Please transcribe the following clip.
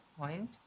point